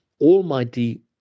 almighty